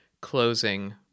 closing